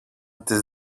τις